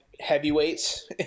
heavyweights